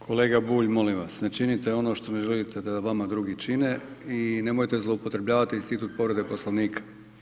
Kolega Bulj, molim vas, ne činite ono što ne želite da vama drugi čine i nemojte zloupotrebljavati institut povrede Poslovnika.